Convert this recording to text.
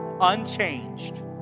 unchanged